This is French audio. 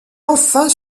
enfin